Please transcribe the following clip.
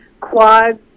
quads